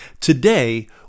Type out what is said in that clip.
Today